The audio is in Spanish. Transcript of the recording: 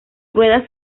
ruedas